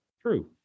True